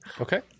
Okay